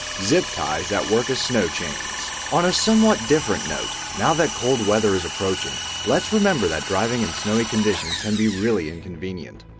zipties that work as snow chains. on a somewhat different note, now that cold weather is approaching, let's remember that driving in snowy conditions can be really inconvenient.